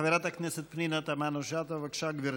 חברת הכנסת פנינה תמנו-שטה, בבקשה, גברתי.